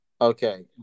Okay